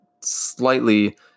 slightly